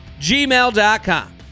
gmail.com